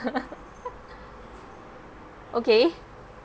okay